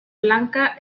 blanca